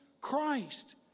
Christ